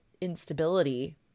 instability